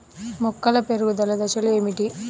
మొక్కల పెరుగుదల దశలు ఏమిటి?